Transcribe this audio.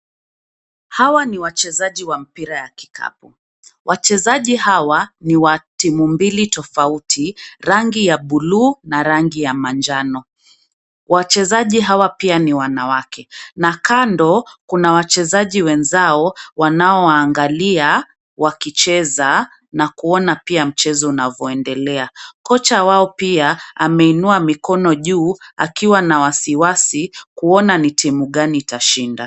Hawa ni wachezaji wa mpira ya kikapu. Wachezaji hawa ni wa timu mbili tofauti, rangi ya buluu na rangi ya manjano. Wachezaji hawa pia ni wanawake. Na kando, kuna wachezaji wenzao wanaowaangalia, wakicheza, na kuona pia mchezo unavyoendelea. Kocha wao pia, ameinuwa mikono juu, akiwa na wasiwasi, kuona ni timu gani itashinda.